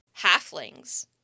halflings